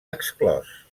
exclòs